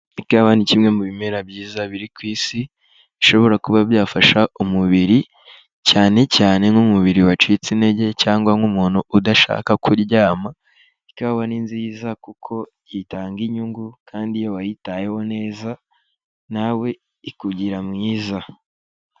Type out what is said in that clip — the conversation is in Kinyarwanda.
Ikawa ni kimwe mu bimera byiza biri ku isi bishobora kuba byafasha umubiri, cyane cyane nk'umubiri wacitse intege cyangwa nk'umuntu udashaka kuryama, ikawa ni nziza kuko itanga inyungu kandi iyo wayitayeho neza nawe ikugira mwiza.